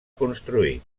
construir